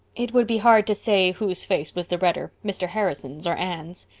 it would be hard to say whose face was the redder, mr. harrison's or anne's.